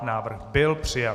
Návrh byl přijat.